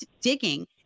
digging